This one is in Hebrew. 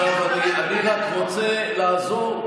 אני רק רוצה לעזור,